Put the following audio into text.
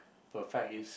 the fact is